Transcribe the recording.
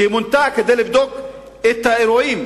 שמונתה כדי לבדוק את האירועים,